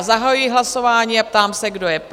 Zahajuji hlasování a ptám se, kdo je pro?